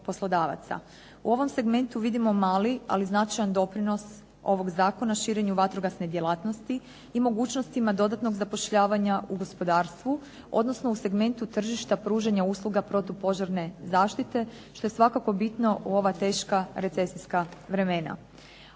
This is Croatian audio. U ovom segmentu vidimo mali, ali značajan doprinos ovog zakona širenju vatrogasne djelatnosti, i mogućnostima dodatnog zapošljavanja u gospodarstvu, odnosno u segmentu tržišta pružanja usluga protupožarne zaštite, što je svakako bitno u ova teška recesijska vremena.